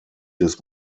des